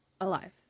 Alive